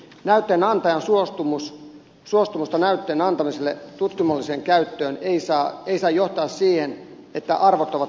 näytteen antajan suostumus näytteen antamiselle tutkinnalliseen käyttöön ei saa johtaa siihen että arvot ovat ristiriidoissa